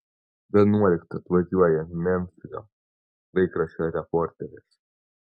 vienuoliktą atvažiuoja memfio laikraščio reporteris